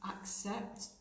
accept